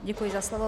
Děkuji za slovo.